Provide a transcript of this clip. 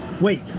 wait